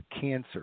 cancer